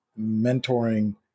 mentoring